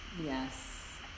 Yes